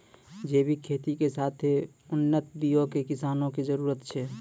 जैविक खेती के साथे उन्नत बीयो के किसानो के जरुरत छै